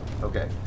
Okay